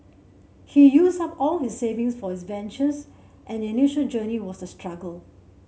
he used up all his savings for his ventures and the initial journey was a struggle